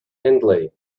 hendley